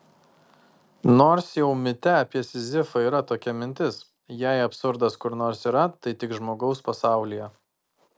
nors jau mite apie sizifą yra tokia mintis jei absurdas kur nors yra tai tik žmogaus pasaulyje